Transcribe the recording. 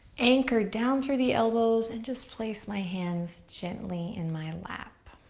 anchor down through the elbows, and just place my hands gently in my lap.